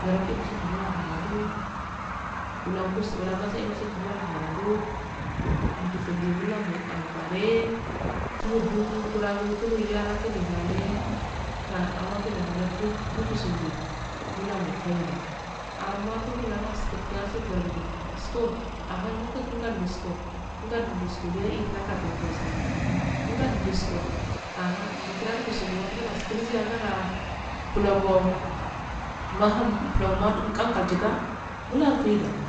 Loroki lumshgi mulalo harado wu cankasu wakanke nashingu mula harudo ndu chusandu mulamo afanee tumodu iwmugura tunudara gumo halu ka abankine halu dokku chasunji rulamo faida anma togulansin kua sulurndi akoh aharduka kin andusko nganduslurlei furatu bulusandi lan ganduskoh aha ndichiragu yusudu alalsiazaraa buloyonn nahun plula mahin mak akachita mikanfaidabbo